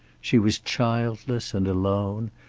she was childless and alone,